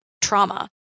trauma